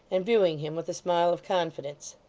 and viewing him with a smile of confidence.